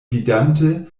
vidante